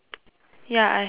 ya I have that